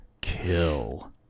kill